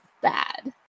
bad